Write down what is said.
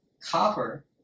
copper